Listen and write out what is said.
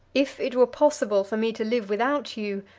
if it were possible for me to live without you,